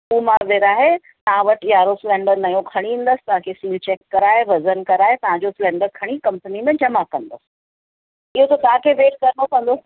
उहो मां विरहाए तव्हां वटि यारहों सिलेंडर नओं खणी ईंदुसि तव्हांखे सिल चैक कराए वज़नु कराए तव्हांजो सिलेंडर खणी कंपनी में जमा कंदुसि इहो त तव्हांखे वेस्ट करिणो पवंदो